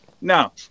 No